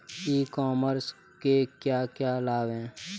ई commerce के क्या क्या लाभ हैं?